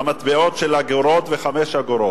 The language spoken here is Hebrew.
במטבעות של אגורות ושל 5 אגורות,